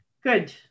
good